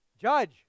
judge